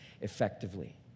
effectively